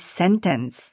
sentence